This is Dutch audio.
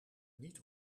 niet